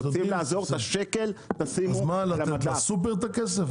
אז לתת לסופר את הכסף?